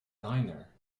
niner